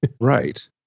Right